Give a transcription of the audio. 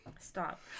Stop